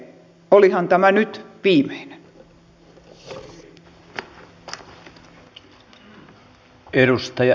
olihan tämä nyt viimeinen